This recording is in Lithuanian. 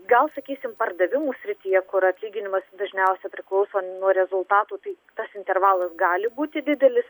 gal sakysim pardavimų srityje kur atlyginimas dažniausia priklauso nuo rezultatų tai tas intervalas gali būti didelis